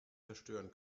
zerstören